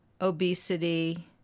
obesity